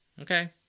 okay